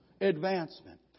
advancement